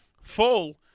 full